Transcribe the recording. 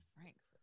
Frank's